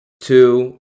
two